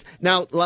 Now